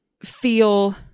feel